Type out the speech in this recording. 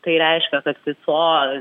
tai reiškia kad visoj